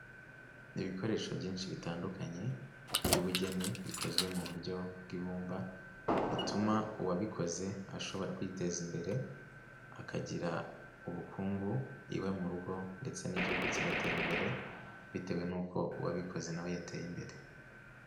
Ibikoresho byinshi bitandukanye by'ubugeni, bikozwe mu buryo bw'ibumba, bituma uwabikoze ashobora kwiteza imbere, akagira ubukungu iwe mu rugo ndetse n'igihugu kigatera imbere, bitewe n'uko uwabikoze nawe yateye imbere.